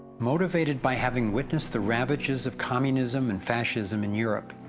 motivated by having witnessed the ravages of communism and fascism in europe,